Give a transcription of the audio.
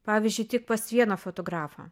pavyzdžiui tik pas vieną fotografą